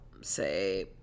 say